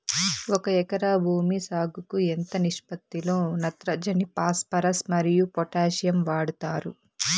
ఒక ఎకరా భూమి సాగుకు ఎంత నిష్పత్తి లో నత్రజని ఫాస్పరస్ మరియు పొటాషియం వాడుతారు